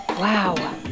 Wow